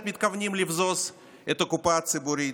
מתכוונים לבזוז את הקופה הציבורית,